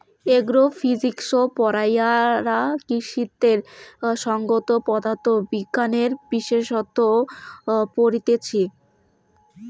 agro physics পড়াইয়ারা কৃষিতত্ত্বের সংগত পদার্থ বিজ্ঞানের বিশেষসত্ত পড়তিছে